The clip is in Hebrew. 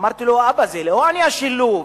אמרתי לו: זה לא עניין של לוב,